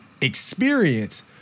experience